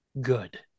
good